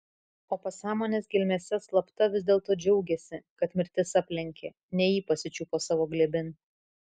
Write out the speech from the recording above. o pasąmonės gelmėse slapta vis dėlto džiaugėsi kad mirtis aplenkė ne jį pasičiupo savo glėbin